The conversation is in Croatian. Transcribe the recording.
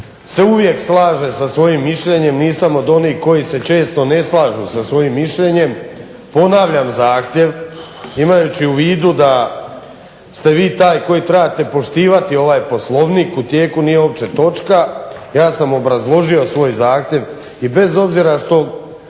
se uvijek slaže sa svojim mišljenjem. Nisam od onih koji se često ne slažu sa svojim mišljenjem ponavljam zahtjev imajući u vidu da ste vi taj koji trebate poštivati ovaj Poslovnik. U tijeku nije uopće točka. Ja sam obrazložio svoj zahtjev i bez obzira što